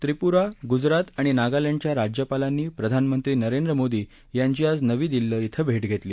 त्रिप्रा ग्जरात आणि नागालँडच्या राज्यपालांनी प्रधानमंत्री नरेंद्र मोदी यांची आज नवी दिल्ली इथं भेट घेतली